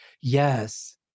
Yes